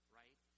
right